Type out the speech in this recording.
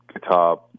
Guitar